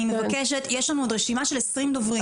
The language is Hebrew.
אני מבקשת יש לנו עוד רשימה של עשרים דוברים.